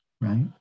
right